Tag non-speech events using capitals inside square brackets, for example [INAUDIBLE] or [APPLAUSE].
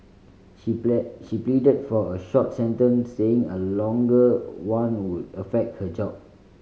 she [UNINTELLIGIBLE] pleaded for a short sentence saying a longer one would affect her job